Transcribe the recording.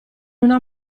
una